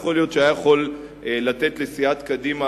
יכול להיות שיכול היה לתת לסיעת קדימה